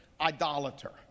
idolater